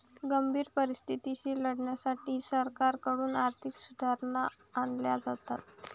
गंभीर परिस्थितीशी लढण्यासाठी सरकारकडून आर्थिक सुधारणा आणल्या जातात